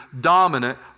dominant